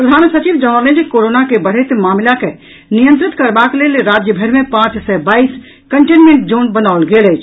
प्रधान सचिव जनौलनि जे कोरोना के बढ़ैत मामिला के नियंत्रित करबाक लेल राज्यभरि मे पांच सय बाईस कंटेनमेंट जोन बनाओल गेल अछि